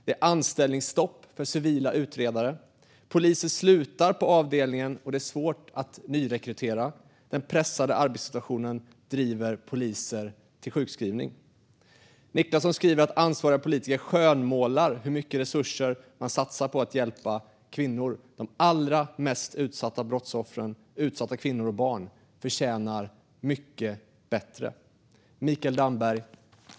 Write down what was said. Det är anställningsstopp för civila utredare. Poliser slutar på avdelningen, och det är svårt att nyrekrytera. Den pressade arbetssituationen driver poliser till sjukskrivning. Nicklasson skriver att ansvariga politiker skönmålar hur mycket resurser man satsar på att hjälpa kvinnor. De allra mest utsatta brottsoffren, utsatta kvinnor och barn, förtjänar mycket bättre.